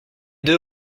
deux